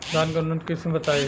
धान के उन्नत किस्म बताई?